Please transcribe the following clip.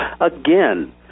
Again